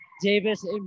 Davis